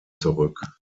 zurück